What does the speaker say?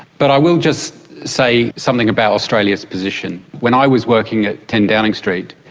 but i will just say something about australia's position. when i was working at ten downing street,